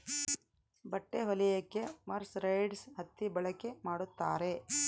ಬಟ್ಟೆ ಹೊಲಿಯಕ್ಕೆ ಮರ್ಸರೈಸ್ಡ್ ಹತ್ತಿ ಬಳಕೆ ಮಾಡುತ್ತಾರೆ